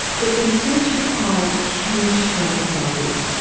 but the research requires huge sample sizes.